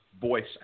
voice